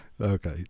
Okay